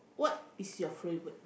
what is your favourite